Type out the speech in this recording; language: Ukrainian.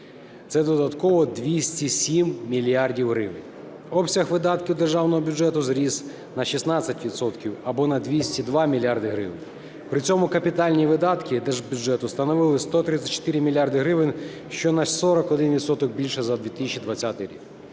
це додатково 207 мільярдів гривень. Обсяг видатків державного бюджету зріс на 16 відсотків або на 202 мільярди гривень. При цьому капітальні видатки держбюджету становили 134 мільярди гривень, що на 41 відсоток більше за 2020 рік.